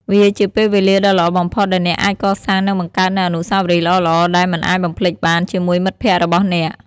វាជាពេលវេលាដ៏ល្អបំផុតដែលអ្នកអាចកសាងនិងបង្កើតនូវអនុស្សាវរីយ៍ល្អៗដែលមិនអាចបំភ្លេចបានជាមួយមិត្តភក្តិរបស់អ្នក។